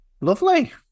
lovely